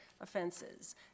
offenses